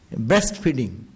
breastfeeding